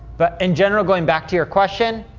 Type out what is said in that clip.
but, in general, going back to your question,